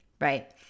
right